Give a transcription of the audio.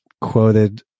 quoted